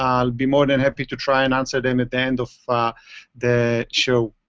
um i'll be more than happy to try and answer them at the end of the show.